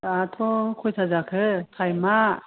दाथ' खयथा जाखो टाइमया